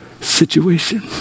situation